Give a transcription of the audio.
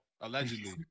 allegedly